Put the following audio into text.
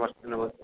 हा हा नमस्ते